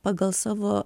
pagal savo